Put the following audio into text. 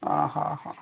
ଅଃ ହ ହ